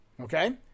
Okay